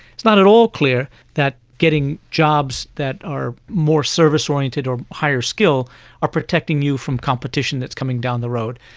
it's not at all clear that getting jobs that are more service oriented or higher skilled are protecting you from competition that is coming down the road.